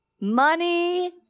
money